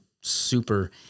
super